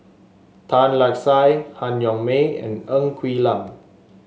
Tan Lark Sye Han Yong May and Ng Quee Lam